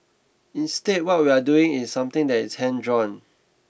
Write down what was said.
instead what we are doing is something that is hand drawn